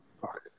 Fuck